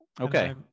Okay